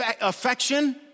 affection